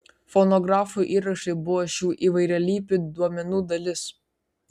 fonografo įrašai buvo šių įvairialypių duomenų dalis